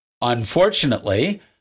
Unfortunately